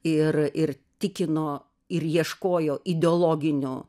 ir ir tikino ir ieškojo ideologinių